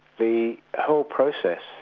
the whole process,